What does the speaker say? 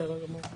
בסדר גמור.